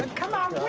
and come on,